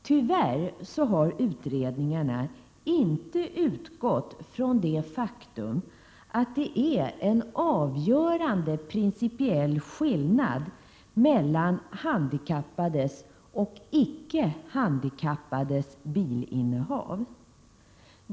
Tyvärr har utredningarna inte utgått från 19 maj 1988 det faktum att det är en avgörande principiell skillnad mellan handikappades och icke handikappades bilinnehav.